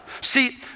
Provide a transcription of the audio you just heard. See